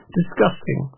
disgusting